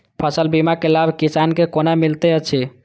फसल बीमा के लाभ किसान के कोना मिलेत अछि?